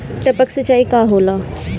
टपक सिंचाई का होला?